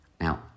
Now